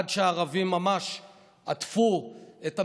עד שהערבים ממש עטפו את המשוריין,